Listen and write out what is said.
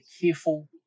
careful